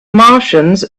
martians